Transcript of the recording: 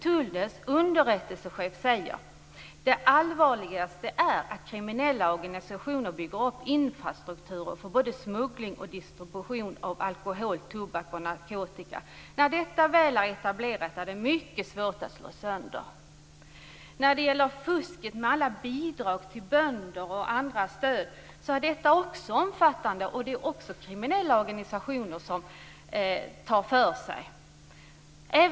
Tullens underrättelsechef säger att det allvarligaste är att kriminella organisationer bygger upp infrastrukturer för både smuggling och distribution av alkohol, tobak och narkotika. När denna struktur väl är etablerad är den mycket svår att slå sönder. Fusket med bidrag till bönder och annat stöd är också omfattande. Där är det också kriminella organisationer som tar för sig.